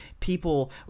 People